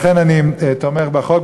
לכן אני תומך בחוק,